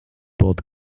board